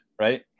right